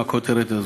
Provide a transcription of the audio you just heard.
עם הכותרת הזאת?